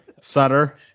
Sutter